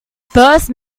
first